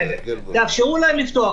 תאפשרו להם לפתוח.